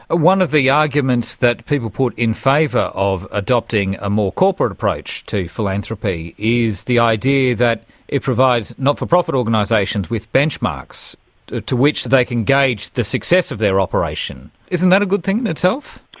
one of the arguments that people put in favour of adopting a more corporate approach to philanthropy is the idea that it provides not-for-profit organisations with benchmarks to which they can gauge the success of their operation. isn't that a good thing in itself?